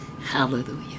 Hallelujah